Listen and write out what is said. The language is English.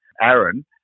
Aaron